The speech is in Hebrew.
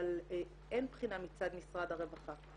אבל אין בחינה מצד משרד הרווחה.